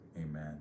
Amen